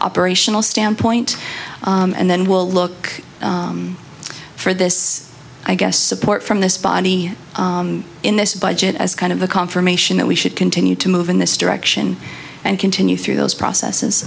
operational standpoint and then we'll look for this i guess support from this body in this budget as kind of a confirmation that we should continue to move in this direction and continue through those processes